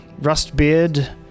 Rustbeard